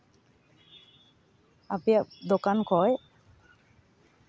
ᱟᱯᱮᱭᱟᱜ ᱫᱚᱠᱟᱱ ᱠᱷᱚᱱ